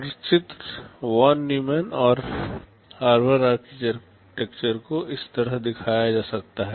सचित्र von Neumann और Harvard architecture को इस तरह दिखाया जा सकता है